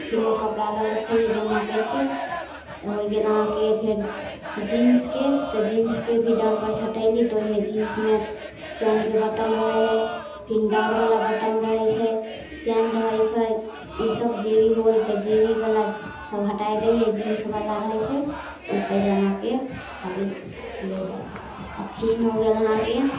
फेर ओ कपड़ा अलग रखै छिए जमा करिके तऽ हो गेल अहाँके फेर जीन्सके तऽ जीन्सके भी डाँढ़परसँ हटेलहुँ तऽ ओहिमे जीन्समे चेनके बटम रहै हइ फेर डाँढ़वला बटम रहै छै चेन रहै छै ईसब जेबी होल तऽ जेबीवलासब हटा दै छिए जीन्सवला रहै छै तऽ ओ पैजामाके खाली सिलहुँ आओर फेर हो गेल अहाँके